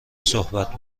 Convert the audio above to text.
صحبت